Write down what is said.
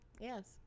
Yes